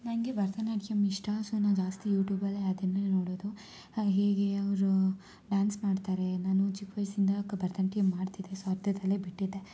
ನನಗೆ ಭರತನಾಟ್ಯಂ ಇಷ್ಟ ಸೋ ನಾ ಜಾಸ್ತಿ ಯೂಟೂಬಲ್ಲೇ ಅದನ್ನೇ ನೋಡೋದು ಹ ಹೇಗೆ ಅವರು ಡ್ಯಾನ್ಸ್ ಮಾಡ್ತಾರೆ ನಾನು ಚಿಕ್ಕವಯ್ಸಿಂದ ಕ ಭರತನಾಟ್ಯ ಮಾಡ್ತಿದ್ದೆ ಸೋ ಅರ್ಧದಲ್ಲೇ ಬಿಟ್ಟಿದ್ದೆ